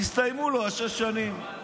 הסתיימו לו שש השנים.